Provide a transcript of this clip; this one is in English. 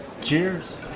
Cheers